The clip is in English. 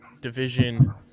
Division